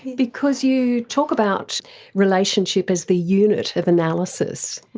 because you talk about relationship as the unit of analysis.